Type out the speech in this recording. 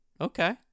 okay